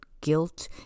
guilt